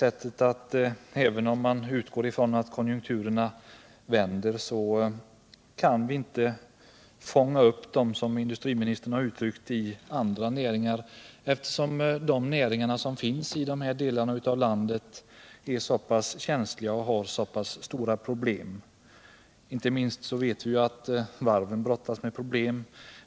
Även om man utgår från att konjunkturerna kommer att vända, kan vi inte som industriministern uttryckt det fånga upp dem i andra näringar, eftersom de näringar som finns i dessa delar av landet är så pass känsliga och har så stora problem. Vi vet att inte minst varven brottas med problem.